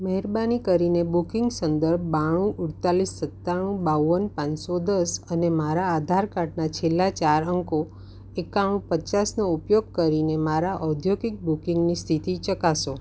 મહેરબાની કરીને બુકિંગ સંદર્ભ બાણું અડતાળીસ સત્તાણું બાવન પાંચસો દસ અને મારા આધાર કાર્ડના છેલ્લા ચાર અંકો એકાણું પચાસનો ઉપયોગ કરીને મારા ઔદ્યોગિક બુકિંગની સ્થિતિ ચકાસો